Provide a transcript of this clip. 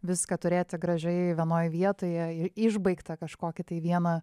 viską turėti gražiai vienoj vietoje išbaigtą kažkokį tai vieną